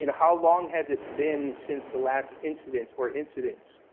you know how long has it been since the last incident or incidents?